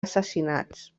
assassinats